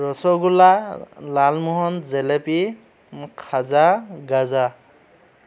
ৰসগোলা লালমোহন জেলেপি খাজা গাজা